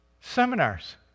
seminars